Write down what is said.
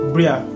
Bria